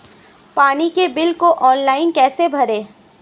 पानी के बिल को ऑनलाइन कैसे भरें?